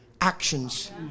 actions